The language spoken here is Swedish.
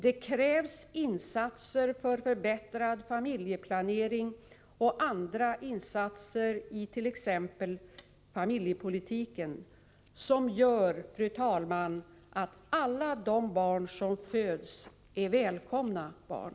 Det krävs insatser för förbättrad familjeplanering och andra insatser i t.ex. familjepolitiken, som gör, fru talman, att alla de barn som föds är välkomna barn.